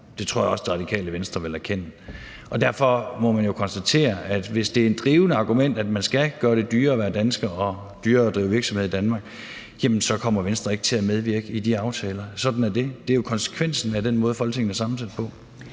Det tror jeg også Det Radikale Venstre vil erkende. Derfor må man jo konstatere, at hvis det er et drivende argument, at man skal gøre det dyrere at være dansker og dyrere at drive virksomhed i Danmark, jamen så kommer Venstre ikke til at medvirke i de aftaler. Sådan er det. Det er jo konsekvensen af den måde, Folketinget er sammensat på.